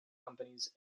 companies